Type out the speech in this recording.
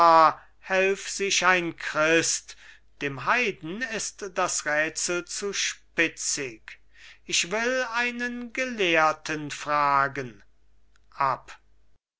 helf sich ein christ dem heiden ist das rätsel zu spitzig ich will einen gelehrten fragen